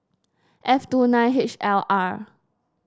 F two nine H L R